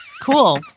cool